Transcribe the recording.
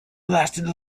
lasted